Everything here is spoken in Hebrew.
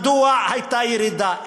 מדוע הייתה ירידה,